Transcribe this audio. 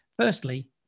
Firstly